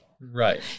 Right